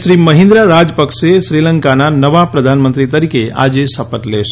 શ્રી મહિન્દા રાજપક્સે શ્રીલંકાના નવા પ્રધાનમંત્રી તરીકે આજે શપથ લેશે